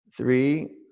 Three